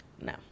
No